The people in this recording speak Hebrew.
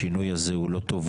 השינוי הזה הוא לא טוב,